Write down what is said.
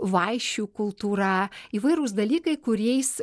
vaišių kultūra įvairūs dalykai kuriais